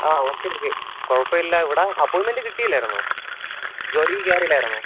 ആ okay okay കുഴപ്പമില്ല ഇവിടെ അപ്പോയിമെൻറ്റ് കിട്ടിയില്ലായിരുന്നോ ജോലിക്ക് കയറി ഇല്ലായിരുന്നോ